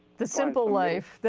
the simple life,